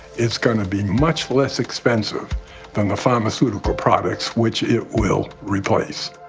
it's gonna be much less expensive than the pharmaceutical products which it will replace.